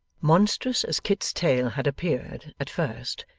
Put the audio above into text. monstrous as kit's tale had appeared, at first,